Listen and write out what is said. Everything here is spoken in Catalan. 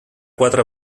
quatre